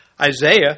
Isaiah